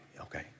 okay